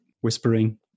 whispering